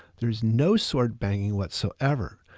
there's no sword banging whatsoever.